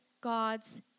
God's